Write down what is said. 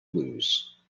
lose